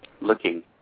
looking